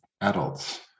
adults